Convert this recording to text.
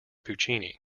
puccini